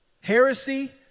Heresy